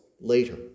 later